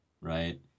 right